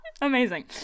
amazing